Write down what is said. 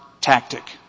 tactic